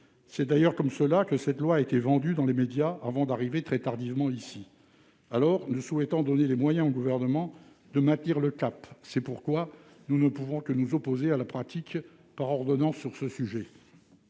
C'est d'ailleurs comme cela que cette loi a été vendue dans les médias, avant d'arriver, très tardivement, ici. Nous souhaitons donner au Gouvernement les moyens de maintenir le cap. C'est pourquoi nous ne pouvons que nous opposer à la pratique du gouvernement